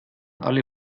alle